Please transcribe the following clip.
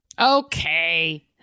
Okay